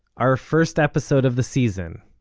our first episode of the season.